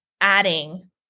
adding